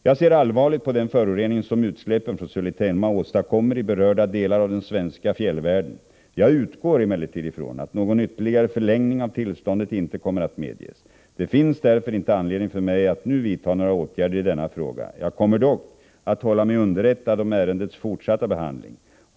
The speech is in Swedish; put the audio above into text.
Jag ser allvarligt på den förorening som utsläppen från Sulitjelma åstadkommer i berörda delar av den svenska fjällvärlden. Jag utgår emellertid ifrån att någon ytterligare förlängning av tillståndet inte kommer att medges. Det finns därför inte anledning för mig att nu vidta några åtgärder i denna fråga. Jag kommer dock att hålla mig underrättad om ärendets fortsatta behandling.